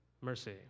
mercy